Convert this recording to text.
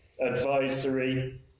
advisory